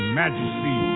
majesty